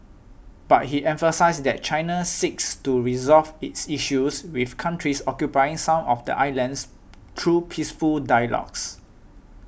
but he emphasised that China seeks to resolve its issues with countries occupying some of the islands through peaceful dialogues